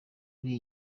muri